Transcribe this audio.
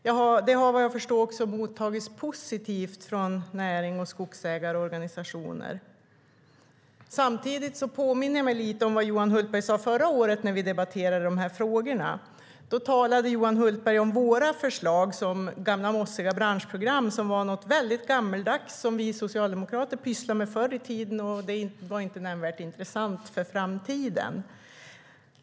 Vad jag förstår har det också mottagits positivt av näring och skogsägarorganisationer. Samtidigt påminner jag mig vad Johan Hultberg sade förra året när vi debatterade de här frågorna. Då talade Johan Hultberg om våra förslag som gamla, mossiga branschprogram som var något väldigt gammeldags som vi socialdemokrater pysslade med förr i tiden. Det var inte nämnvärt intressant för framtiden.